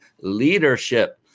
leadership